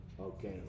Okay